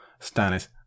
Stannis